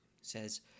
says